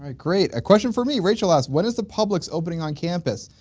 ah great a question for me! rachel asked, when is the publix opening on campus?